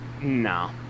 No